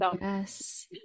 Yes